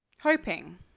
Hoping